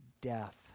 death